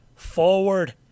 forward